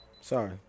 Sorry